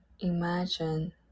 imagine